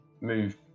move